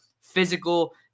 physical